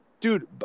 Dude